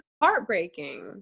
Heartbreaking